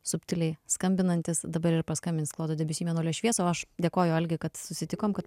subtiliai skambinantis dabar ir paskambins klodo debiusi mėnulio šviesą o aš dėkoju algiui kad susitikom kad